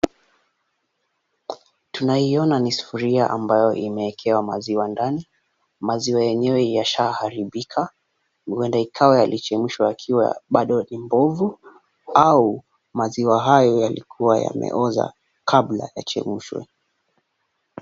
Tunaiona ni sufuria ambayo imewekewa maziwa ndani. Maziwa yenyewe yashaaribika huenda ikawa yalichemshwa yakiwa bado ni mbovu au maziwa hayo yalikuwa yameoza kabla yachemshwe.